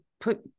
put